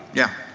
yeah.